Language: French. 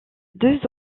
deux